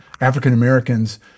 African-Americans